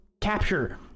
capture